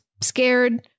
scared